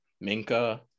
Minka